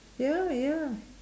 ya ya